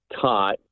taught